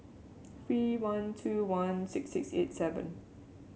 three one two one six six eight seven